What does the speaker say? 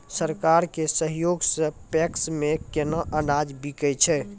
सरकार के सहयोग सऽ पैक्स मे केना अनाज बिकै छै?